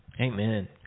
amen